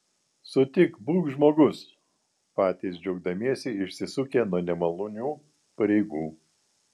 sutik būk žmogus patys džiaugdamiesi išsisukę nuo nemalonių pareigų